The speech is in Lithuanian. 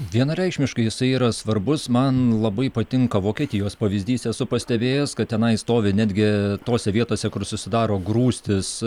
vienareikšmiškai jisai yra svarbus man labai patinka vokietijos pavyzdys esu pastebėjęs kad tenai stovi netgi tose vietose kur susidaro grūstys